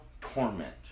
torment